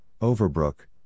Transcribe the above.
Overbrook